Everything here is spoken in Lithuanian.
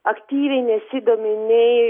aktyviai nesidomi nei